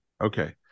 okay